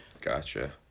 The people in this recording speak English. Gotcha